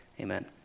Amen